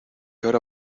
ahora